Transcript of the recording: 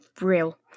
Real